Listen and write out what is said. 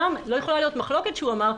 שם לא יכולה להיות מחלוקת שהוא אמר,